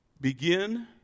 Begin